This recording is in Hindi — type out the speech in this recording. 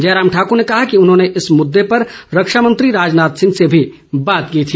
जयराम ठाकूर ने कहा कि उन्होंने इस मुददे पर रक्षा मंत्री राजनाथ सिंह से भी बात की थी